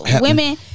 women